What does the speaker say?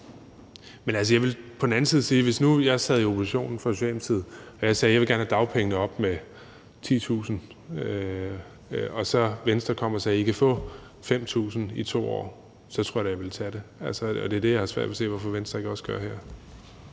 Men på den anden side vil jeg sige, at hvis nu jeg sad i opposition for Socialdemokratiet og jeg sagde, at jeg gerne vil have dagpengene op med 10.000 kr., og så Venstre kom og sagde, at jeg kunne få 5.000 kr. i 2 år, så tror jeg da, at jeg ville tage det. Det er det, jeg har svært ved at se hvorfor Venstre ikke også gør her.